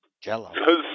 Jello